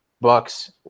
Bucks